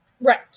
right